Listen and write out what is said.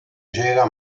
llega